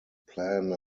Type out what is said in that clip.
plan